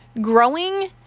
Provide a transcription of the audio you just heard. Growing